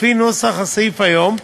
לפי נוסח הסעיף היום.